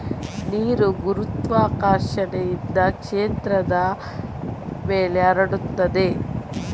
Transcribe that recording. ನೀರು ಗುರುತ್ವಾಕರ್ಷಣೆಯಿಂದ ಕ್ಷೇತ್ರದ ಮೇಲೆ ಹರಡುತ್ತದೆ